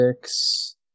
six